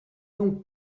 donc